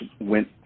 went